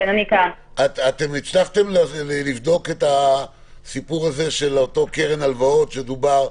האם הצלחתם לבדוק את הסיפור הזה של קרן הלוואות שעליה דובר?